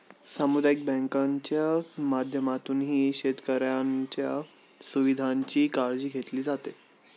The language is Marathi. सामुदायिक बँकांच्या माध्यमातूनही शेतकऱ्यांच्या सुविधांची काळजी घेतली जाते